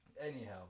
Anyhow